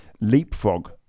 leapfrog